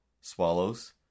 swallows